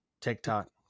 TikTok